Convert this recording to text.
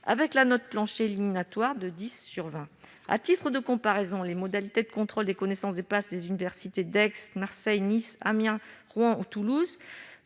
avec la note plancher éliminatoire de 10 sur 20. À titre de comparaison, les modalités de contrôle des connaissances des PASS des universités d'Aix-Marseille, de Nice, d'Amiens, de Rouen ou de Toulouse,